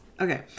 Okay